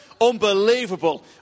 Unbelievable